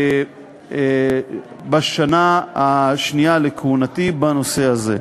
בשנה השנייה לכהונתי, בנושא הזה.